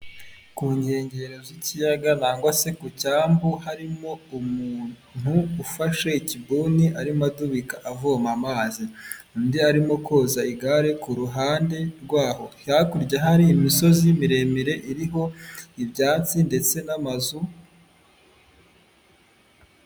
Ku nkengero z'ikiyaga nangwa se ku cyambu harimo umuntu ufashe ikibuni arimo adubika avoma amazi, undi arimo koza igare ku ruhande rwaho, hakurya hari imisozi miremire iriho ibyatsi ndetse n'amazu.